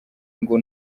ngo